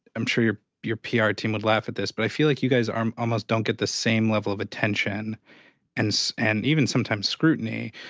i'm sure your your pr team would laugh at this. but i feel like you guys ah almost don't get the same level of attention and and even sometimes scrutiny,